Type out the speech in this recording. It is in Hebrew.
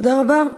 תודה רבה.